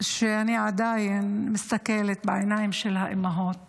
שאני עדיין מסתכלת בעיניים של האימהות